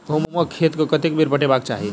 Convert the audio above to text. गहुंमक खेत केँ कतेक बेर पटेबाक चाहि?